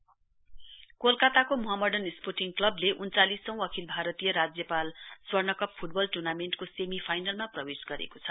gold cup कोलकाताको Mohammedan sporting क्लबले उन्चालिसौं अखिल भारतीय राज्यपाल स्वर्णकप फ्टबल ट्र्नामेण्टको सेमीफाइनलमा प्रवेश गरेको छ